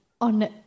on